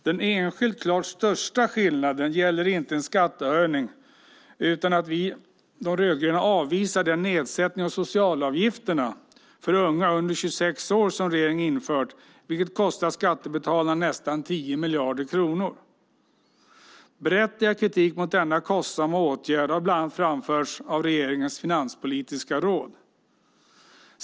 Den enskilt klart största skillnaden gäller inte en skattehöjning utan att vi rödgröna avvisar den nedsättning av socialavgifterna för unga under 26 år som regeringen infört, vilket kostar skattebetalarna nästan 10 miljarder kronor. Berättigad kritik mot denna kostsamma åtgärd har bland annat framförts av regeringens finanspolitiska råd.